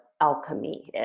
alchemy